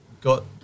got